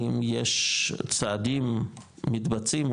האם יש צעדים מתבצעים,